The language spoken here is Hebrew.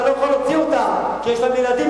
אתה לא יכול להוציא אותם, כי יש להם ילדים.